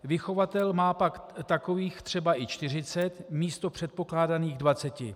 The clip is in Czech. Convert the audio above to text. Vychovatel má pak takových třeba i 40 místo předpokládaných 20.